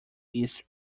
east